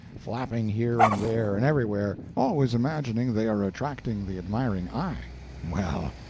flapping here, and there, and everywhere, always imagining they are attracting the admiring eye well,